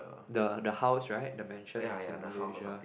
the the house right the mansion is in Malaysia